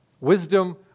Wisdom